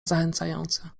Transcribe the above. zachęcające